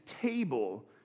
table